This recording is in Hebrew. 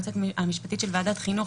גם כאן היועצת המשפטית של ועדת החינוך.